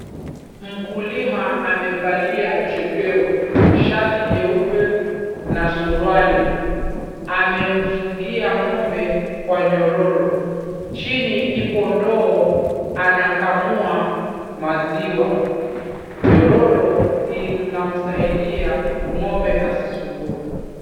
Mkulima amevalia chepeo, shati jeupe na suruali, amemfungia ng'ombe kwa nyororo. Chini ipo ndoo anakamua maziwa. Nyororo inamsaidia ng'ombe asisumbue.